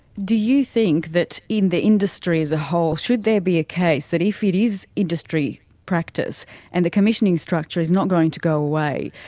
do you think that in the industry as a whole should there be a case that if it is industry practice and the commissioning structure is not going to go away,